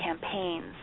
campaigns